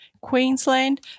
Queensland